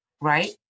right